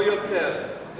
לא יותר,